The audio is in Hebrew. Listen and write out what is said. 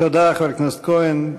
תודה, חבר הכנסת כהן.